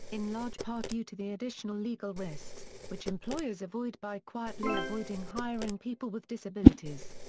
in large part due to the additional legal risks, which employers avoid by quietly avoiding hiring people with disabilities.